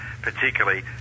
particularly